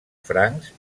francs